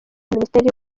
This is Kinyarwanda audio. minisitiri